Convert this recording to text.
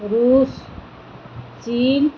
ରୁଷ ଚୀନ